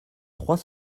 trois